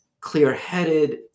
clear-headed